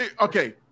okay